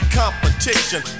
competition